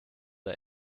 der